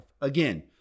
Again